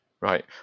Right